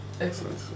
Excellent